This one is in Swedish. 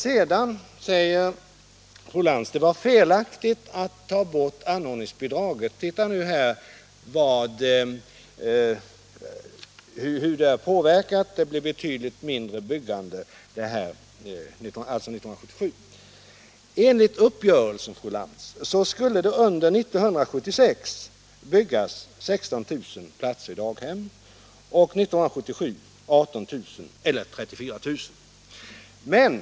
Sedan säger fru Lantz att det var felaktigt att ta bort anordningsbidraget: Titta nu här hur det har påverkat, det har blivit betydligt mindre byggande under 1977! Enligt uppgörelsen, fru Lantz, skulle det under 1976 byggas 16 000 platser på daghem och under 1977 18 000, eller tillsammans 34 000 platser.